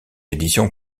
édition